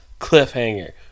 cliffhanger